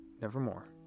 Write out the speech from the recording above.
Nevermore